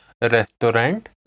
Restaurant